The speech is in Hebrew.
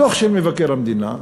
בדוח של מבקר המדינה,